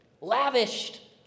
lavished